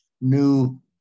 new